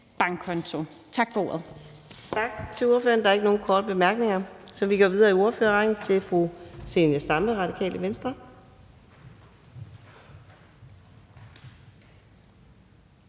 bankkonto. Tak for ordet.